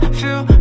feel